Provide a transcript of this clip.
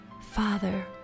Father